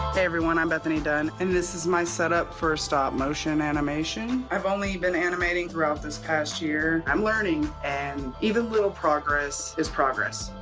everyone, i'm bethany dunn, and this is my setup for stop motion animation. i've only been animating throughout this past year. i'm learning, and even little progress is progress.